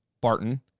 Barton